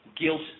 Guilt